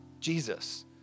Jesus